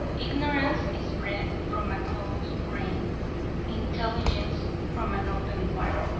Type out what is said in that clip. ignorance is bred from a closed brain intelligence from an open one.